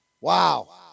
wow